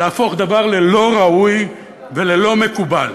להפוך דבר ללא ראוי וללא מקובל.